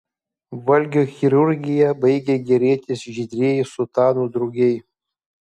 valgio chirurgija baigė gėrėtis žydrieji sutanų drugiai